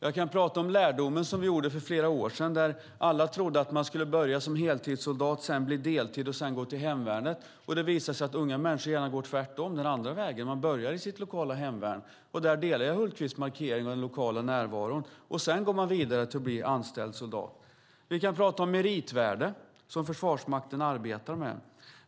Vi kan tala om den lärdom vi gjorde för flera år sedan. Alla trodde att man skulle börja som heltidssoldat för att sedan bli deltidssoldat och därefter gå till hemvärnet. Det visade sig att unga människor gärna gör tvärtom, går den andra vägen och börjar i sitt lokala hemvärn. Där delar jag Hultqvists markering av den lokala närvaron. Sedan går man vidare till att bli anställd soldat. Vi kan tala om det meritvärde som Försvarsmakten arbetar med.